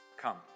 come